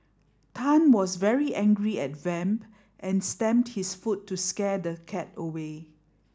Tan was very angry at Vamp and stamped his foot to scare the cat away